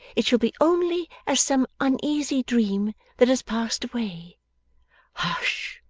it shall be only as some uneasy dream that has passed away hush!